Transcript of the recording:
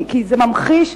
כי זה ממחיש,